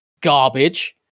garbage